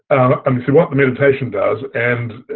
i mean so what the meditation does and